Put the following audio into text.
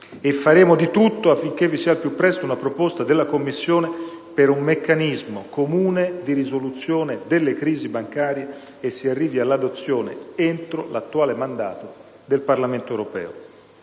faremo di tutto affinché vi sia al più presto una proposta della Commissione per un meccanismo comune di risoluzione delle crisi bancarie e si arrivi all'adozione entro l'attuale mandato del Parlamento europeo.